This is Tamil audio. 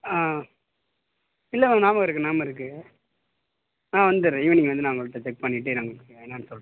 இல்லை மேம் ஞாபகம் இருக்கு ஞாபகம் இருக்கு வந்துடுறேன் ஈவ்னிங் வந்து நான் உங்கள் வீட்டை செக் பண்ணிவிட்டு நாங்கள் என்னான்னு சொல்கிறேன்